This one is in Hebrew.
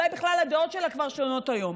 אולי בכלל הדעות שלה כבר שונות היום,